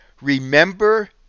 remember